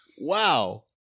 Wow